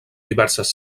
diverses